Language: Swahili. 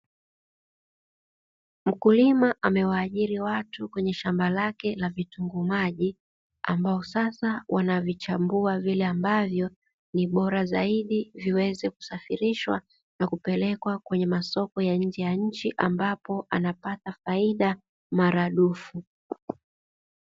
Mkulima ameajiri watu katika shamba lake la vitunguu maji, ambao sasa wanavichambua vile ambavyo ni bora zaidi, ili viweze kusafirishwa nakupelekwa kwenye masoko ya nje ya nchi, ambapo anapata faida maradufu.